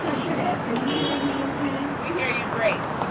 should ask are you hearing me okay? we hear you great.